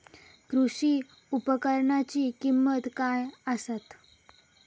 कृषी उपकरणाची किमती काय आसत?